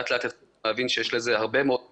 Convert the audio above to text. לאט לאט התחלנו להבין שיש לזה הרבה מאוד השלכות,